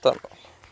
ਧੰਨਵਾਦ